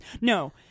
no